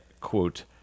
quote